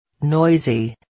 Noisy